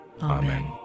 Amen